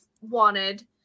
wanted